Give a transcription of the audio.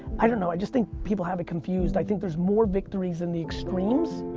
i don't know, i just think people have it confused. i think there's more victories in the extremes,